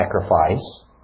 sacrifice